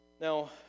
Now